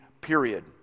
period